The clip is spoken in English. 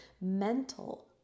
Mental